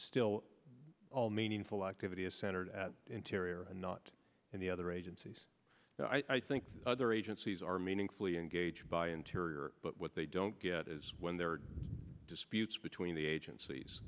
still all meaningful activity is centered at the interior and not in the other agencies i think other agencies are meaningfully engaged by interior but what they don't get is when there are disputes between the agencies